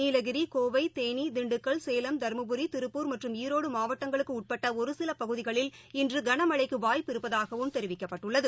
நீலகிரி கோவை தேனி திண்டுக்கல் சேலம் திருப்பூர் மற்றம் தருமபுரி ஈரோடுமாவட்டங்களுக்குஉட்பட்டஒருசிலபகுதிகளில் இன்றுகனமழைக்குவாய்ப்பு இருப்பதாகவும் தெரிவிக்கப்பட்டுள்ளது